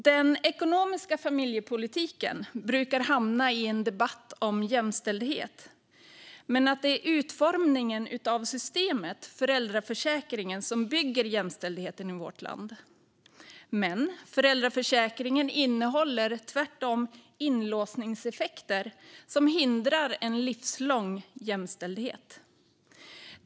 Den ekonomiska familjepolitiken brukar hamna i en debatt om jämställdhet, där man menar att det är utformningen av systemet, föräldraförsäkringen, som bygger jämställdheten i vårt land. Men föräldraförsäkringen innehåller tvärtom inlåsningseffekter som hindrar en livslång jämställdhet.